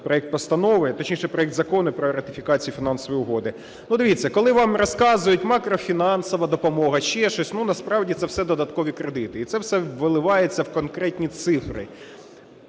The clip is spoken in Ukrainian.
проект постанови, точніше, проект Закону про ратифікацію Фінансової угоди. Ну, дивіться, коли вам розказують - макрофінансова допомога, ще щось, ну, насправді це все додаткові кредити і це все виливається в конкретні цифри.